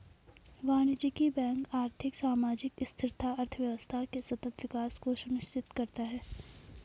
वाणिज्यिक बैंक आर्थिक, सामाजिक स्थिरता, अर्थव्यवस्था के सतत विकास को सुनिश्चित करता है